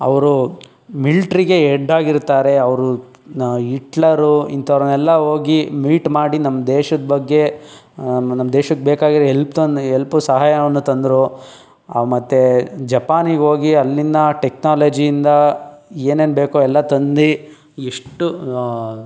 ಅವರು ಮಿಲ್ಟ್ರಿಗೆ ಎಡ್ ಆಗಿರುತ್ತಾರೆ ಅವರು ಇಟ್ಲರು ಇಂಥವರನ್ನೆಲ್ಲ ಹೋಗಿ ಮೀಟ್ ಮಾಡಿ ನಮ್ಮ ದೇಶದ ಬಗ್ಗೆ ನಮ್ಮ ದೇಶಕ್ಕೆ ಬೇಕಾಗಿರೋ ಎಲ್ಪ್ ತನ್ ಯೆಲ್ಪು ಸಹಾಯವನ್ನು ತಂದರು ಮತ್ತೆ ಜಪಾನಿಗೆ ಹೋಗಿ ಅಲ್ಲಿನ ಟೆಕ್ನಾಲಜಿಯಿಂದ ಏನೇನು ಬೇಕೊ ಎಲ್ಲ ತಂದು ಎಷ್ಟು